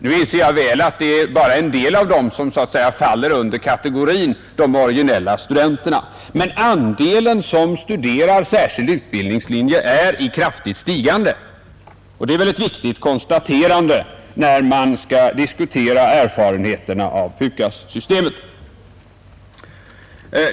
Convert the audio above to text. Nu inser jag mycket väl att det bara är en del av dem som dessa siffror avser som kan räknas till kategorien ”de originella studenterna”, men andelen som väljer särskild utbildningslinje är i kraftigt stigande, och det är väl ett viktigt konstaterande när man diskuterar erfarenheterna av PUKAS-systemet.